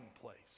place